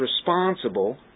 responsible